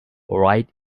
right